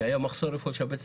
כי היה מחסור איפה שהבית